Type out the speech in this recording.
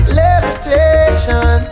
levitation